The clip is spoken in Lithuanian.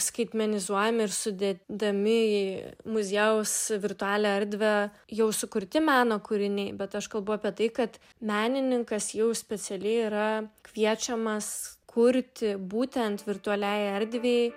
skaitmenizuojami ir sudedami į muziejaus virtualią erdvę jau sukurti meno kūriniai bet aš kalbu apie tai kad menininkas jau specialiai yra kviečiamas kurti būtent virtualiai erdvei